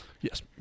Yes